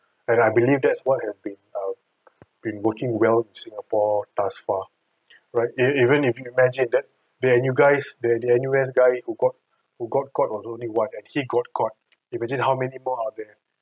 and I believe that's what had been um working well singapore thus far right and even if you imagine that the N_U guys the the N_U_S guy who got who got caught was only what actually got caught you imagine how many more are there